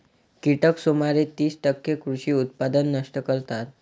कीटक सुमारे तीस टक्के कृषी उत्पादन नष्ट करतात